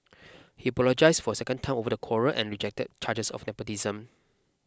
he apologised for a second time over the quarrel and rejected charges of nepotism